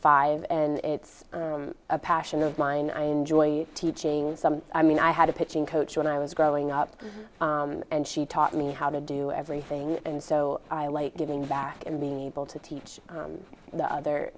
five and it's a passion of mine i enjoy teaching i mean i had a pitching coach when i was growing up and she taught me how to do everything and so i like giving back and being able to teach the other